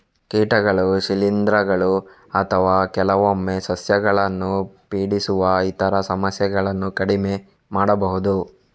ಕೀಟಗಳು, ಶಿಲೀಂಧ್ರಗಳು ಅಥವಾ ಕೆಲವೊಮ್ಮೆ ಸಸ್ಯಗಳನ್ನು ಪೀಡಿಸುವ ಇತರ ಸಮಸ್ಯೆಗಳನ್ನು ಕಡಿಮೆ ಮಾಡಬಹುದು